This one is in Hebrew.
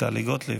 טלי גוטליב.